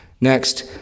Next